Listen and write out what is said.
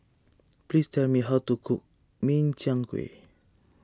please tell me how to cook Min Chiang Kueh